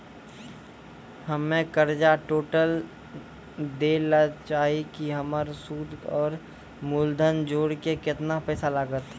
हम्मे कर्जा टोटल दे ला चाहे छी हमर सुद और मूलधन जोर के केतना पैसा लागत?